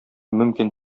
мөмкин